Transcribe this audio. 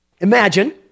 Imagine